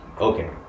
okay